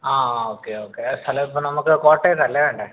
ആ okay okay ആ സ്ഥലം ഇപ്പോൾ നമുക്ക് കോട്ടയത്താണ് അല്ലേ വേണ്ടത്